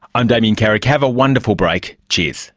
i'm damien carrick, have a wonderful break, cheers!